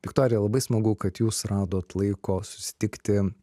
viktorija labai smagu kad jūs radot laiko susitikti